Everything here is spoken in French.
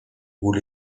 vous